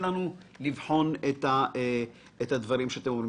קשה לנו לבחון את הדברים שקורים.